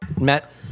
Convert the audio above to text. Matt